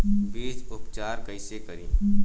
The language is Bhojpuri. बीज उपचार कईसे करी?